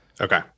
okay